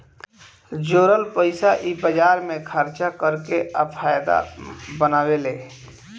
जोरल पइसा इ बाजार मे खर्चा कर के आ फायदा बनावेले